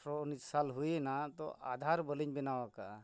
ᱟᱴᱷᱨᱚ ᱩᱱᱤᱥ ᱥᱟᱞ ᱦᱩᱭᱱᱟ ᱛᱚ ᱟᱫᱷᱟᱨ ᱵᱟᱹᱞᱤᱧ ᱵᱮᱱᱟᱣ ᱟᱠᱟᱫᱟ